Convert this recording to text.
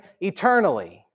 eternally